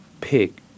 pick